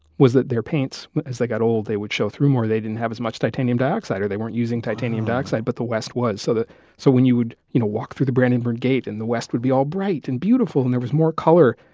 was that their paints, as they got old, they would show through more. they didn't have as much titanium dioxide or they weren't using titanium dioxide, but the west was. so so when you would you know walk through the brandenburg gate in the west, it would be all bright and beautiful and there was more color.